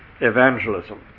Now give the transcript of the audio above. evangelism